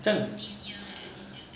这样